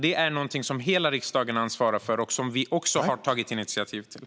Det är någonting som hela riksdagen ansvarar för och som vi också har tagit initiativ till.